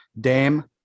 Dame